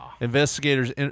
Investigators